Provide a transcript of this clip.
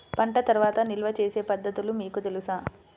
పంట తర్వాత నిల్వ చేసే పద్ధతులు మీకు తెలుసా?